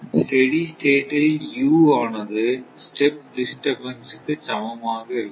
steady ஸ்டேட்டில் u ஆனது step disturbance க்கு சமமாக இருக்கும்